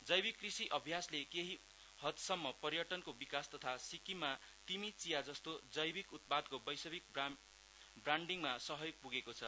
जैविक कृषि अभ्यासले केहि हद्सम्म पर्यटनको विकास तथा सिक्किममा तिमी चिया जस्तो जैविक उत्पाद्को वैश्विक ब्राण्डीङमा सहयोग पुगेको छ